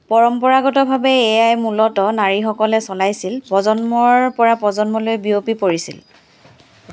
পৰম্পৰাগতভাৱে এইয়াই মূলতঃ নাৰীসকলে চলাইছিল প্ৰজন্মৰ পৰা প্ৰজন্মলৈ বিয়পি পৰিছিল